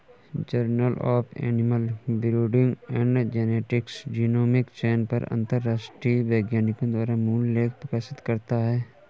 journal of animal breeding and genetics genomic चयन पर अंतरराष्ट्रीय वैज्ञानिकों द्वारा मूल लेख प्रकाशित करता है